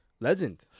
Legend